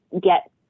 get